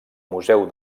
museu